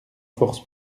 force